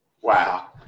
Wow